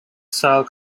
style